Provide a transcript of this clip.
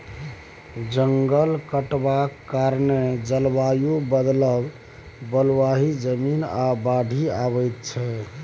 जंगल कटबाक कारणेँ जलबायु बदलब, बलुआही जमीन, आ बाढ़ि आबय छै